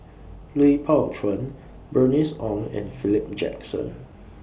Lui Pao Chuen Bernice Ong and Philip Jackson